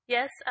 Yes